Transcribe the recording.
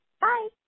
Bye